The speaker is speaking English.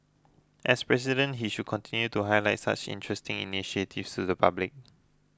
as president he should continue to highlight such interesting initiatives to the public